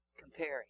comparing